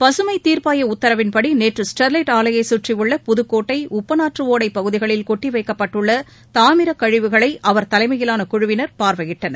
பசுமைத் தீர்ப்பாயஉத்தரவின்படிநேற்று ஸ்டெர்லைட் ஆலையைச் சுற்றியுள்ள புதுக்கோட்டை உப்பனாற்றுடைபகுதிகளில் கொட்டிவைக்கப்பட்டுள்ளதாமிரக் கழிவுகளைஅவர் தலைமையிலானகுழுவினர் பார்வையிட்டனர்